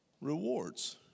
rewards